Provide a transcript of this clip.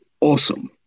awesome